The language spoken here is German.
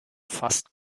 fast